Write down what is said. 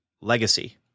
Legacy